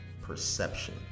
perception